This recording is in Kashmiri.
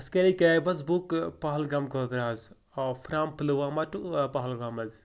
اَسہِ کَرے کیب حظ بُک پہلگام خٲطرٕ حظ فرام پُلواما ٹُو پہلگام حظ